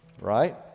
Right